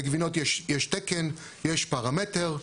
לגבינות יש תקן, יש פרמטר.